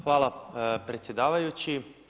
Hvala predsjedavajući.